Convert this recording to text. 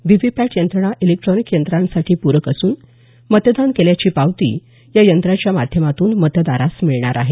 VVPAT यंत्रणा electronic यंत्रांसाठी पूरक असून मतदान केल्याची पावती या यंत्रांच्या माध्यमातून मतदारास मिळणार आहे